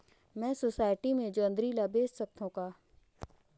मैं सोसायटी मे जोंदरी ला बेच सकत हो का?